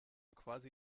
quasi